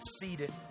seated